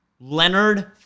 Leonard